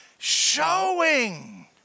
Showing